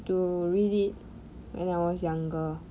to read it when I was younger